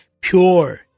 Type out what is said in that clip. pure